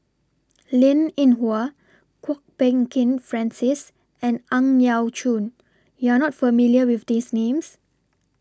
Linn in Hua Kwok Peng Kin Francis and Ang Yau Choon YOU Are not familiar with These Names